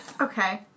okay